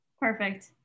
perfect